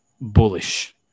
bullish